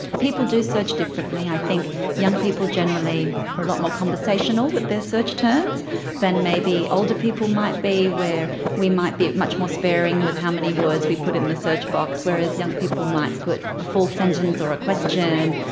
people do search differently. i think young people generally are a lot more conversational with their search terms than maybe older people might be where we might be much more sparing with how many words we put in the search box, whereas young people might put a full sentence or a question.